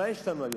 מה יש לנו היום,